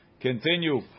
continue